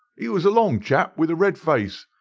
he was a long chap, with a red face,